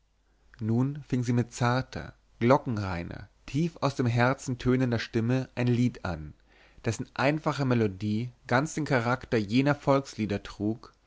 nun fing sie mit zarter glockenreiner tief aus dem herzen tönender stimme ein lied an dessen einfache melodie ganz den charakter jener volkslieder trug